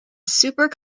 super